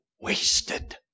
wasted